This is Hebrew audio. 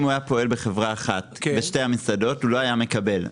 אם הוא היה פועל בחברה אחת בשתי המסעדות הוא לא היה מקבל.